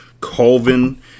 Colvin